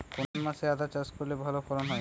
কোন মাসে আদা চাষ করলে ভালো ফলন হয়?